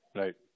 right